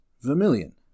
vermilion